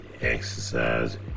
exercise